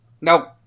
Nope